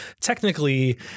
technically